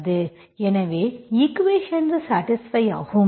எனவே equations satisfy ஆகும்